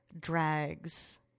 drags